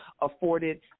afforded